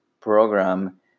program